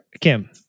Kim